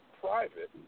private